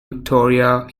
victoria